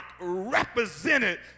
represented